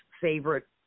favorite